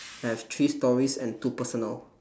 I have three stories and two personal